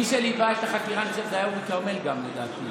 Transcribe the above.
מי שליווה את החקירה זה היה אורי כרמל גם, לדעתי.